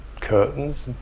curtains